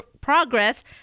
progress